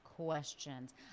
questions